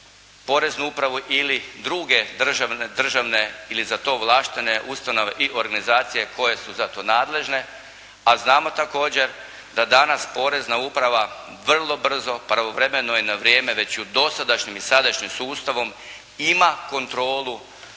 poreznu upravu ili druge državne ili za to ovlaštene ustanove i organizacije koje su za to nadležne, a znamo također da danas porezna uprava vrlo brzo, pravovremeno i na vrijeme već i dosadašnjim i sadašnjim sustavom ima kontrolu